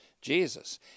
Jesus